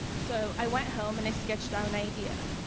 so, i went home and i sketched out an idea.